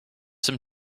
some